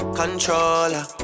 controller